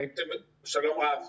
שלום רב.